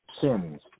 sins